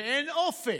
כנראה, ואין אופק.